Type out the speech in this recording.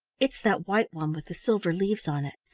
it's that white one with the silver leaves on it,